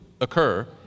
occur